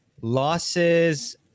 losses